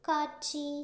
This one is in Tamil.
காட்சி